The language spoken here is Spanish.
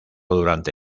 durante